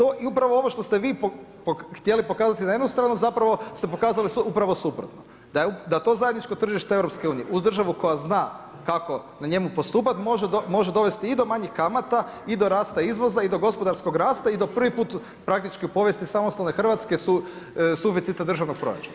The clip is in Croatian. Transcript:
Upravo i to i upravo ovo što ste vi htjeli pokazati na jednu stranu, zapravo ste pokazali upravo suprotno da to zajedničko tržište EU uz državu koja zna kako na njemu postupati može dovesti i do manjih kamata i do rasta izvoza i do gospodarskog rasta i do prvi put praktički u povijesti samostalne Hrvatske suficitira državnog proračuna.